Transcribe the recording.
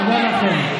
תודה לכם.